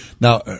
Now